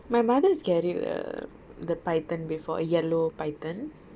my mother's carried a the python before a yellow python